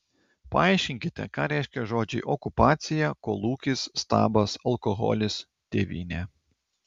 paaiškinkite ką reiškia žodžiai okupacija kolūkis stabas alkoholis tėvynė